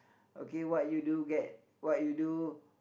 okay what you do get what you do